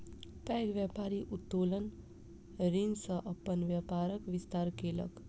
पैघ व्यापारी उत्तोलन ऋण सॅ अपन व्यापारक विस्तार केलक